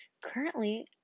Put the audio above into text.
Currently